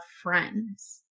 friends